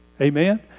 Amen